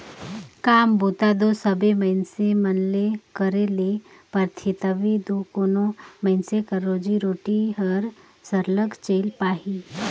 काम बूता दो सबे मइनसे मन ल करे ले परथे तबे दो कोनो मइनसे कर रोजी रोटी हर सरलग चइल पाही